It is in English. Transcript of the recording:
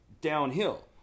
downhill